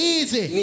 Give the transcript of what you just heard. Easy